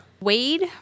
Wade